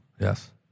Yes